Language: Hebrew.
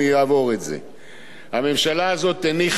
הממשלה הזאת הניחה הנחות שמרניות.